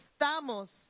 estamos